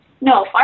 No